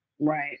Right